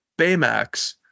baymax